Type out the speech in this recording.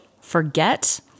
forget